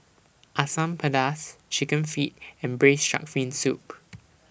Asam Pedas Chicken Feet and Braised Shark Fin Soup